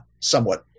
somewhat